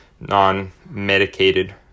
non-medicated